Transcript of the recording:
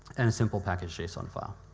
and a simple package json file.